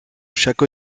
chaque